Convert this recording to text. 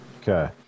okay